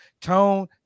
tone